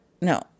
no